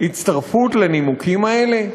הצטרפות לנימוקים האלה?